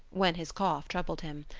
when his cough troubled him,